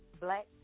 black